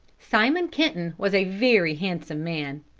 simon kenton was a very handsome man.